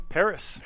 paris